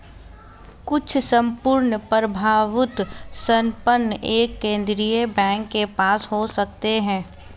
कुछ सम्पूर्ण प्रभुत्व संपन्न एक केंद्रीय बैंक के पास हो सकते हैं